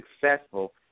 successful